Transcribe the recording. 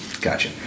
Gotcha